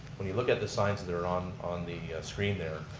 when you look at the signs that are on on the screen there,